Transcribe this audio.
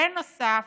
בנוסף